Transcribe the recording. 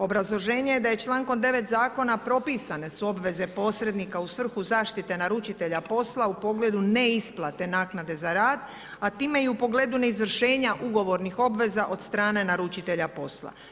Obrazloženje je da je člankom 9. zakona propisane su obveze posrednika u svrhu zaštite naručitelja posla u pogledu neisplate naknade za rad a tim i u pogledu neizvršenja ugovornih obveza od strane naručitelja posla.